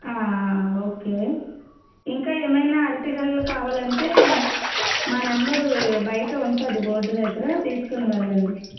okay ఇంకా ఏమైనా అరటిగెలలు కావాలంటే మా నెంబరు బయట ఉంటుంది బోర్డ్ దగ్గర తీసుకుని వెళ్ళండి